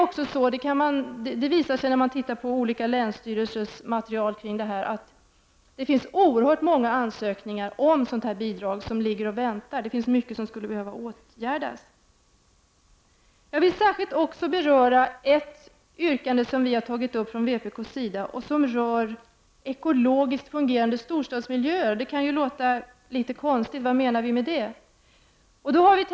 När man tittar på olika länsstyrelsers material, visar det sig att oerhört många ansökningar om sådant här bidrag ligger och väntar och att mycket skulle behöva åtgärdas. Jag vill särskilt också beröra ett yrkande som vi från vpk har tagit upp och som rör ekologiskt fungerande storstadsmiljöer. Det kan låta litet konstigt, och man kanske undrar vad vi menar med det.